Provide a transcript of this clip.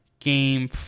Game